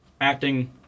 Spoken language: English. Acting